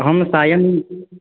अहं सायं